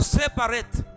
separate